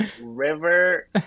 river